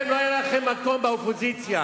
לא היה לכם מקום באופוזיציה.